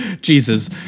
Jesus